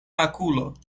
makulo